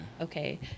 Okay